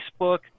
Facebook